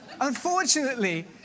unfortunately